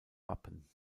wappen